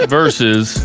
versus